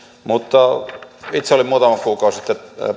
itse olin muutama kuukausi sitten